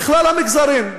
לכלל המגזרים: